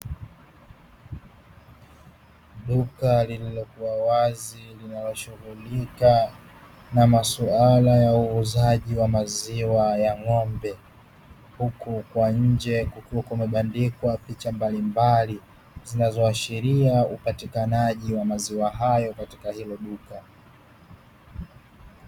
Duka lililokuwa wazi linaloshughulika na maswala ya uuzaji wa maziwa ya ng'ombe, huku kwa nje kukiwa kumebandikwa picha mbali mbali zinazoashiria upatikanaji wa maziwa hayo katika hilo duka.